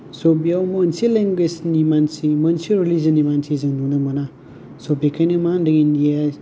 स' बेयाव मोनसे लेंगुवेज नि मानसि मोनसे रेलिजोन नि मानसि जों नुनो मोना स' बेखायनो मा होनदों इण्डिया